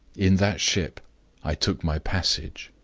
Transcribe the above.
in that ship i took my passage.